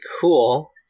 cool